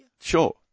Sure